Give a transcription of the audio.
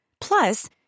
Plus